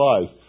life